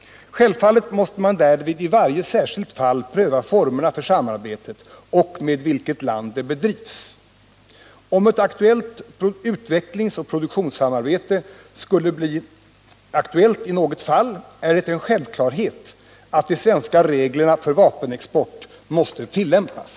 Självfallet måste man därvid i varje särskilt fall pröva formerna för samarbetet och med vilket land det bedrivs. Om ett utvecklingsoch produktionssamarbete skulle bli aktuellt i något fall är det en självklarhet att de svenska reglerna för vapenexport måste tillämpas.